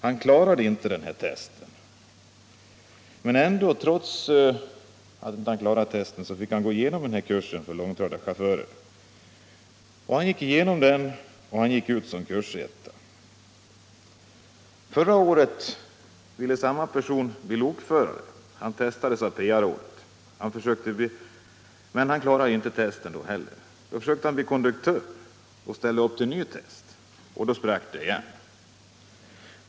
Han klarade inte testen, men trots det fick han gå igenom kursen för långtradarchaufförer — och gick ut som kursetta. Förra året ville samma person bli lokförare. Han testades av PA-rådet, men han klarade inte testen då heller. I stället försökte han bli konduktör och ställde upp till ny test. Han sprack igen.